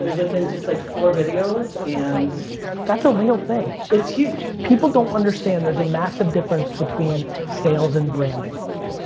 and within in just like four videos and that's a real thing. it's huge. people don't understand there's a massive difference between sales and branding. yeah.